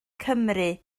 cymru